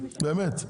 באמת,